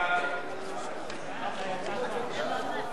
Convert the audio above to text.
ההצעה להעביר את